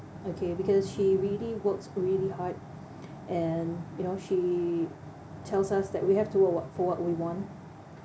okay because she really works really hard and you know she tells us that we have to uh work for what we want